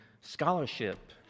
scholarship